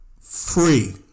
free